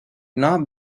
not